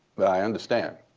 i understand.